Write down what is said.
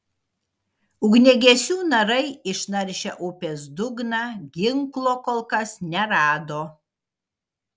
ugniagesių narai išnaršę upės dugną ginklo kol kas nerado